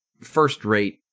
first-rate